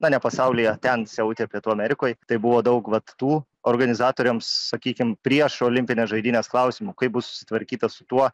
na ne pasaulyje ten siautė pietų amerikoj tai buvo daug vat tų organizatoriams sakykim prieš olimpines žaidynes klausimų kaip bus susitvarkyta su tuo